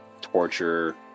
torture